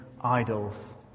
idols